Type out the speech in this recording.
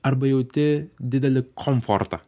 arba jauti didelį komfortą